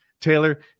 Taylor